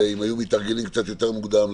אם היו מתארגנים קצת יותר מוקדם,